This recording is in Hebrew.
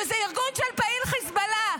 שזה ארגון של פעיל חיזבאללה,